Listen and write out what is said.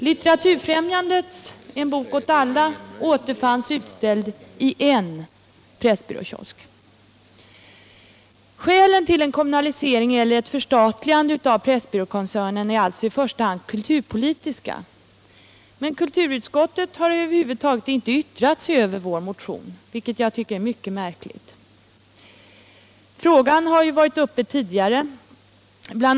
Litteraturfrämjandets En bok åt alla återfanns utställd i en Pressbyråkiosk. Skälen till en kommunalisering eller ett förstatligande av Pressbyråkoncernen är alltså i första hand kulturpolitiska — men kulturutskottet har över huvud taget inte yttrat sig över vår motion, vilket jag finner mycket märkligt. Frågan har tagits upp tidigare. Bl.